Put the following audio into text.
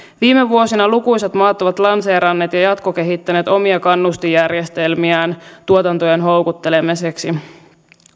viime vuosina lukuisat maat ovat lanseeranneet ja ja jatkokehittäneet omia kannustinjärjestelmiään tuotantojen houkuttelemiseksi